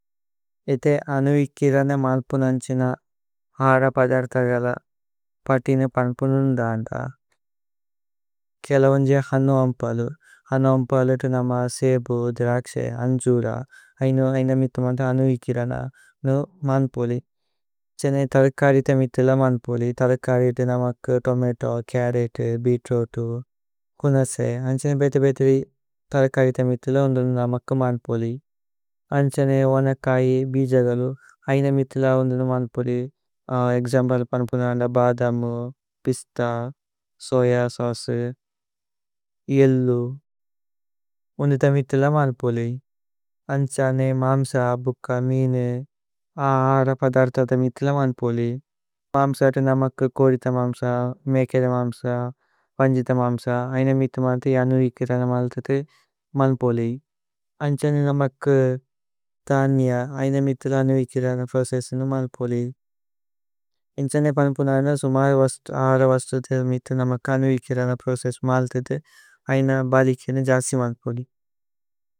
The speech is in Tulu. ഏഥേ അനുഇകിരന മല്പുന് അന്ക്സേന ആര പദര്തഗല। പതിന പന്പുനുന്ദന്ദ കേല ഉന്ജ ഹന്നുഅമ്പലു। ഹന്നുഅമ്പലതു നമ സേബു, ദിരക്സേ, അന്ജുര, ഐനോ। ഐന മിതുമന്ത അനുഇകിരന അനോ മന്പോലി അന്ക്സേനേ। തലകരി തമിതില മന്പോലി തലകരി ഇതി നമക്। തോമതോ, കരതേ, ബീത്രൂതു ഹുനസേ അന്ക്സേനേ ബേത। ബേതരി തലകരി തമിതില ഉന്ദുനു നമക് മന്പോലി। അന്ക്സേനേ വനകരി ബിജഗലു, ഐന മിതുല ഉന്ദുനു। മന്പോലി ഏക്സമ്പ്ലേ പന്പുനുന്ദന്ദ ബദമു പിസ്ത സോയ। സൌചേ ഏല്ലു ഉന്ദുത മിതുല മന്പോലി അന്ക്സേനേ മമ്സ। ബുക്ക മീനേ ആര പദര്തദ മിതുല മന്പോലി മമ്സത। നമക് കോദിത മമ്സ മേകേദ മമ്സ പന്ജിത മമ്സ। ഐന മിതുമന്ത അനുഇകിരന മലതുതേ മന്പോലി। അന്ക്സേനേ നമക് ദന്യ ഐന മിതുല അനുഇകിരന പ്രോസേ। സുന മന്പോലി അന്ക്സേനേ പന്പുനുന്ദന്ദ സുമര വസ്തു। ആര വസ്തു തമിതില നമക് അനുഇകിരന പ്രോസേസു। മലതുതേ ഐന ബലികേന ജസി മന്പോലി।